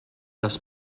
dass